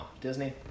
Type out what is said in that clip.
Disney